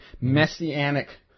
messianic